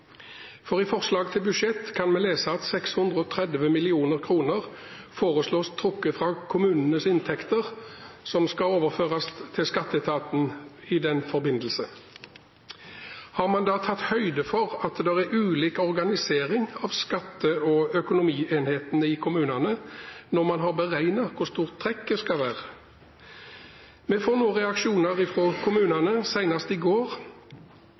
for i forslag til budsjett kan vi lese at 630 mill. kr foreslås trukket fra kommunenes inntekter, og skal overføres til skatteetaten i den forbindelse. Har man da tatt høyde for at det er ulik organisering av skatte- og økonomienhetene i kommunene når man har beregnet hvor stort trekket skal være? Vi får nå reaksjoner fra kommunene – senest i går,